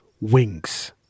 wings